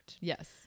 yes